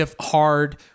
hard